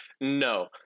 no